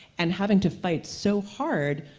and having to fight so hard,